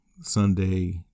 Sunday